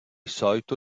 solito